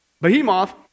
behemoth